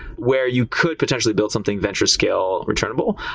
where you could potentially build something venture scale returnable.